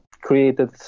created